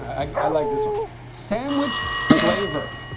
i like this one sandwiched flavor